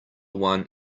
one